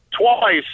twice